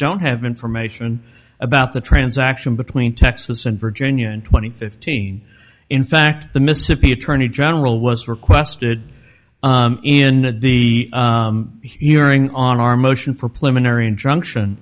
don't have information about the transaction between texas and virginia and twenty fifteen in fact the mississippi attorney general was requested in the hearing on our motion for